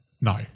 No